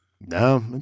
No